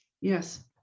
Yes